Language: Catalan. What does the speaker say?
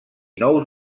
nous